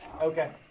Okay